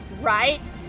right